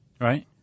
right